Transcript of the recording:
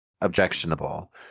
objectionable